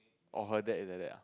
oh her dad is like that ah